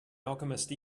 alchemist